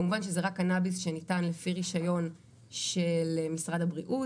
כמובן שזה רק קנביס שניתן לפי רישיון של משרד הבריאות,